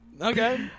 Okay